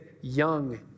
young